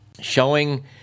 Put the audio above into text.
showing